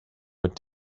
were